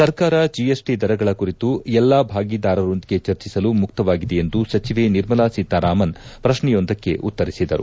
ಸರ್ಕಾರ ಜಿಎಸ್ಟಿ ದರಗಳ ಕುರಿತು ಎಲ್ಲಾ ಭಾಗಿದಾರರೊಂದಿಗೆ ಚರ್ಚಿಸಲು ಮುಕ್ತವಾಗಿದೆ ಎಂದು ಸಚಿವೆ ನಿರ್ಮಲಾ ಸೀತಾರಾಮನ್ ಪ್ರಶ್ನೆಯೊಂದಕ್ಕೆ ಉತ್ತರಿಸಿದರು